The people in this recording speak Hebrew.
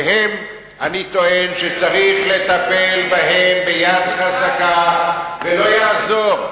אני טוען שצריך לטפל בהם ביד חזקה ולא יעזור.